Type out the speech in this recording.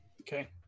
Okay